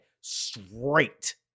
straight